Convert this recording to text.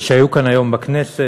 שהיו כאן היום בכנסת